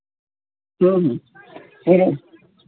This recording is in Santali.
ᱦᱮᱸ ᱦᱮᱸ ᱦᱮᱸ